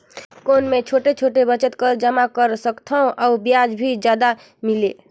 कौन मै छोटे छोटे बचत कर जमा कर सकथव अउ ब्याज भी जादा मिले?